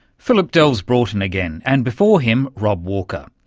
philip delves-broughton again. and before him, rob walker.